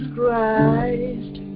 Christ